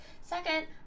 Second